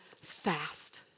fast